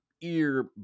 ear